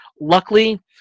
Luckily